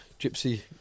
gypsy